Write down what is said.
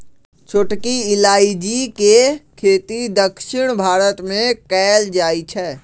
छोटकी इलाइजी के खेती दक्षिण भारत मे कएल जाए छै